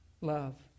love